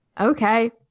okay